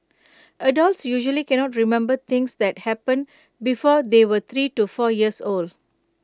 adults usually cannot remember things that happened before they were three to four years old